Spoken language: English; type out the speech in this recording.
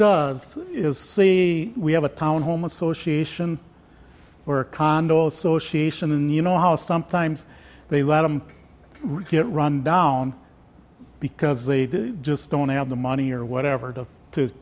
does is see we have a townhome association or a condo association and you know how sometimes they let him get run down because they just don't have the money or whatever to to